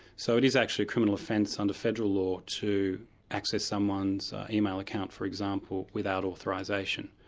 so it is actually a criminal offence under federal law to access someone's email account, for example, without authorisation.